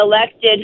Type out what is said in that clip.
elected